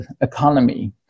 economy